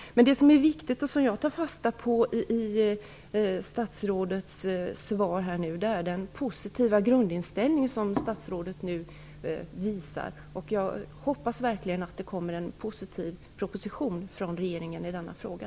Det som är viktigt och som jag tar fasta på i statsrådets svar är den positiva grundinställning som statsrådet nu visar. Jag hoppas verkligen att det kommer en positiv proposition från regeringen i denna fråga.